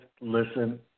listen